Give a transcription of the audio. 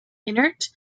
inert